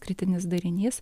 kritinis darinys